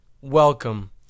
Welcome